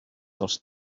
dels